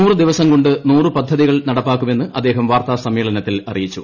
നൂറു ദിവസം കൊണ്ട് നൂറ് പദ്ധതികൾ നടപ്പാക്കുമെന്ന് അദ്ദേഹം വാർത്താസമ്മേളനത്തിൽ അറിയിച്ചു